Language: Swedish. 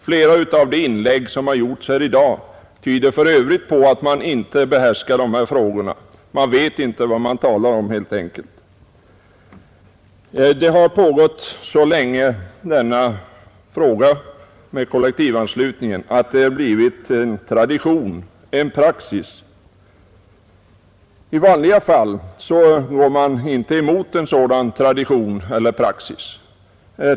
Flera av de inlägg som gjorts i dag tyder för övrigt på att talarna inte behärskar dessa frågor;, man vet helt enkelt inte vad man talar om. Kollektivanslutningen har fungerat så länge att systemet har blivit en tradition, en praxis. I vanliga fall går man inte emot en sådan tradition eller praxis.